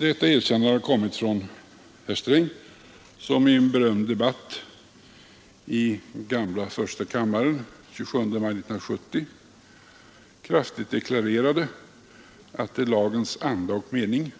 Detta erkännande gjordes av herr Sträng, som i en berömd debatt i gamla första kammaren den 27 maj 1970 kraftigt deklarerade — det finns på s. 138 i protokollet — att det var lagens anda och mening